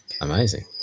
amazing